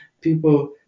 People